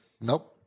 Nope